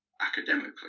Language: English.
academically